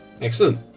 Excellent